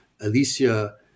Alicia